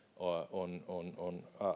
on on